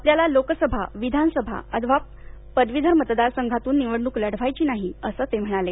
आपल्यालालोकसभा विधानसभा अथवा पदवीधर मतदारसंघातून निवडणूक लढवायची नाही असं ते म्हणाले